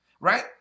right